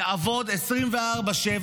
יעבוד 24/7,